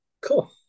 cool